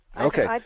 Okay